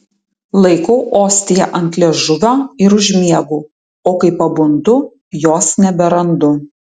laikau ostiją ant liežuvio ir užmiegu o kai pabundu jos neberandu